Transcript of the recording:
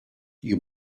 you